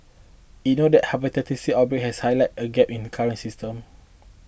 it noted how be that the Hepatitis C outbreak has highlighted a gap in the current system